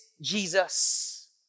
Jesus